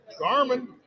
Garmin